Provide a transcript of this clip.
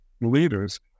leaders